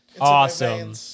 Awesome